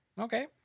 Okay